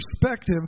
perspective